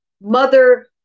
mother